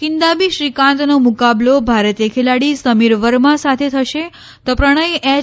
કિંદાબી શ્રીકાંતની મુકાબલો ભારતીય ખેલાડી સમીર વર્મા સાથે થશે તો પ્રણય એચ